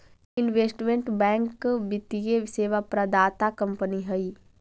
investment bank वित्तीय सेवा प्रदाता कंपनी हई